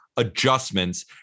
adjustments